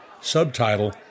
Subtitle